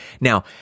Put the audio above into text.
Now